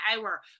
hour